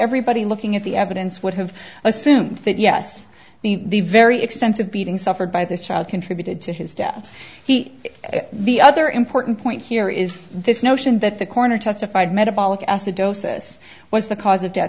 everybody looking at the evidence would have assumed that yes the very extensive beating suffered by this child contributed to his death he is the other important point here is this notion that the coroner testified metabolic acidosis was the cause of death